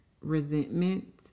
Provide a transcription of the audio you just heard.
resentment